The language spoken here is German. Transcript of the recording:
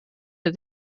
der